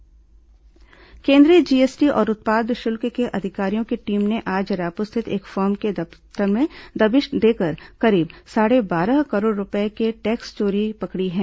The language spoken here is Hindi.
जीएसटी छापा केंद्रीय जीएसटी और उत्पाद शुल्क के अधिकारियों की टीम ने आज रायपुर स्थित एक फर्म के दफ्तर में दबिश देकर करीब साढ़े बारह करोड़ रूपये की टैक्स चोरी पकड़ी है